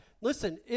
Listen